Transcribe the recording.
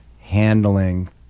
handling